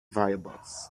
variables